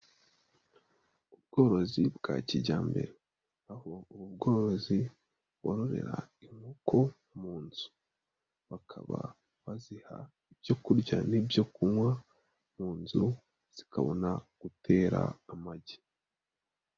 Ubworozi bwa kijyambere, aho bworozi bororera inkoko mu nzu, bakaba baziha ibyo kurya n'ibyo kunywa mu nzu zikabona gutera amagi.